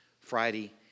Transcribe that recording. Friday